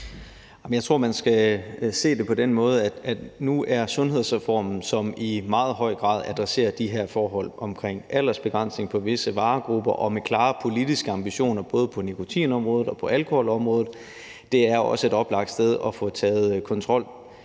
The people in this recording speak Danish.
Jeg tror, man skal se det på den måde, at sundhedsreformen, som i meget høj grad adresserer de her forhold omkring aldersbegrænsning på visse varegrupper, og hvor der er klare politiske ambitioner på både nikotinområdet og alkoholområdet, også er et oplagt sted at komme